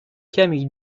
camille